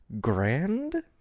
Grand